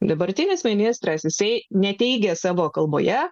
dabartinis ministras jisai ne teigė savo kalboje